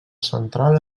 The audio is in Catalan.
central